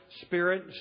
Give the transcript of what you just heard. Spirit